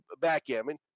backgammon